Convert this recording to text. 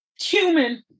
human